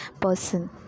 person